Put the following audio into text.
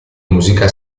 musica